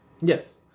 Yes